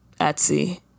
etsy